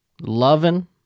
Loving